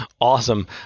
awesome